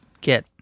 get